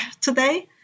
today